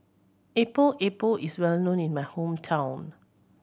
Epok Epok is well known in my hometown